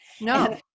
No